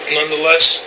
Nonetheless